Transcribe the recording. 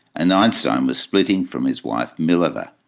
and einstein was splitting from his wife mileva.